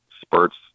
spurts